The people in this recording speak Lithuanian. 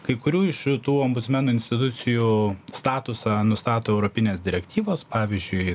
kai kurių iš šitų ombudsmenų institucijų statusą nustato europinės direktyvos pavyzdžiui